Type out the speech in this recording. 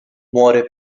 muore